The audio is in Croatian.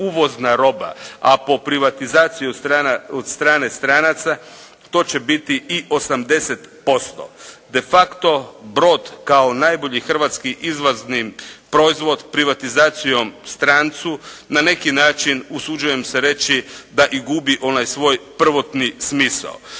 uvozna roba, a po privatizaciju od strane stranca to će biti i 80%. De facto, brod kao najbolji hrvatski izvozni proizvod privatizacijom strancu, na neki način usuđujem se reći da i gubi onaj svoj prvotni smisao.